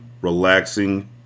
relaxing